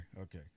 Okay